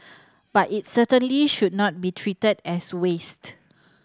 but it certainly should not be treated as waste